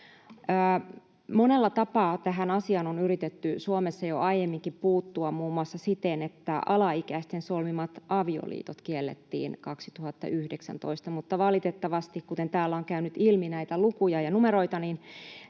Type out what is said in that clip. Monella tapaa tähän asiaan on yritetty Suomessa jo aiemminkin puuttua, muun muassa siten, että alaikäisten solmimat avioliitot kiellettiin 2019. Mutta valitettavasti, kuten täällä on käynyt ilmi näitä lukuja ja numeroita,